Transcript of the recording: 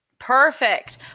Perfect